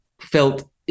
felt